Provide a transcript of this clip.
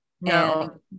No